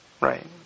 Right